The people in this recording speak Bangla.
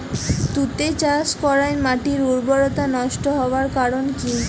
তুতে চাষ করাই মাটির উর্বরতা নষ্ট হওয়ার কারণ কি?